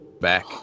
back